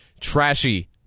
trashy